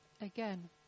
Again